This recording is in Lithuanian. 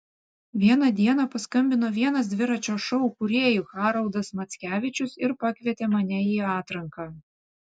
vieną dieną paskambino vienas dviračio šou kūrėjų haroldas mackevičius ir pakvietė mane į atranką